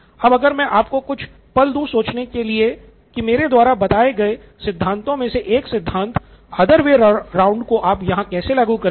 अब अगर मैं आपको कुछ पल दूँ सोचने के लिए कि मेरे द्वारा बताए गए सिद्धांतों में से एक सिद्धांत other way round को आप यहाँ कैसे लागू करेंगे